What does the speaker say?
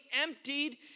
emptied